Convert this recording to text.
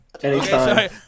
Anytime